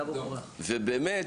פחות אשמח, בעצם,